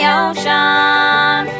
ocean